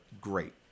great